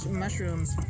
mushrooms